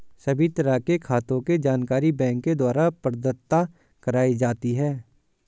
सभी तरह के खातों के जानकारी बैंक के द्वारा प्रदत्त कराई जाती है